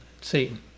Satan